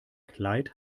kleid